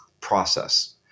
process